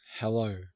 hello